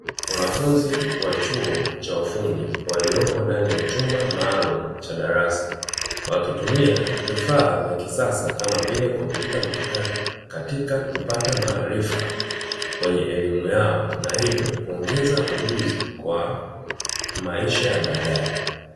Wanafunzi wa chuo cha ufundi waliopo ndani ya chumba maalumu cha darasa wakitumia vifaa vya kisasa kama vile kompyuta mpakato kupata maarifa kwenye elimu yao na hivyo kuongeza ujuzi kwa maisha ya baadae.